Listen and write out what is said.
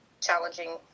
challenging